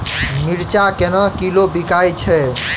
मिर्चा केना किलो बिकइ छैय?